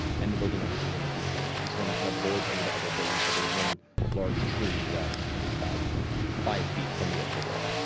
and the building next to it is another two stories. this one kind of lords over the other buildings, but there is one large tree that is about five feet from the edge of the wall.